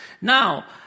Now